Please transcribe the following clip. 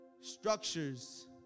structures